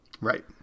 Right